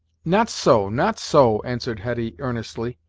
not so not so answered hetty earnestly,